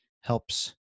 helps